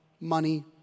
money